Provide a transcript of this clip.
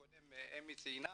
אמי ציינה